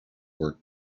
work